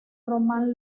román